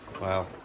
Wow